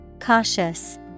Cautious